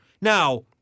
Now